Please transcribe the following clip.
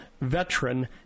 Veteran